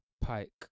Pike